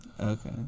Okay